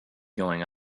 going